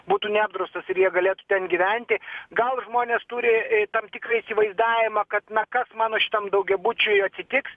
būtų neapdraustas ir jie galėtų ten gyventi gal žmonės turi tam tiktai įsivaizdavimą kad na kas mano šitam daugiabučiui atsitiks